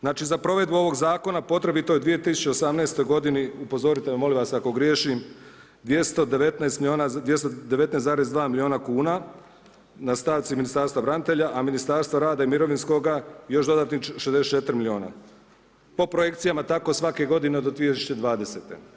Znači za provedbu ovog zakona potrebito je u 2018. godini, upozorite me molim ako griješim, 219,2 milijuna kuna … Ministarstva branitelja, a Ministarstva rada i mirovinskoga još dodatnih 64 milijuna, po projekcijama tako svake godine do 2020.